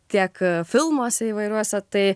tiek filmuose įvairiuose tai